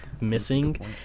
missing